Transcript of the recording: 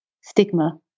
stigma